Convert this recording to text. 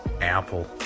apple